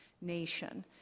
nation